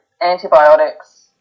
antibiotics